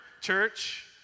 Church